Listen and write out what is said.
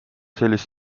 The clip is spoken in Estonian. sellist